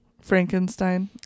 Frankenstein